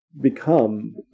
become